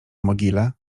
mogile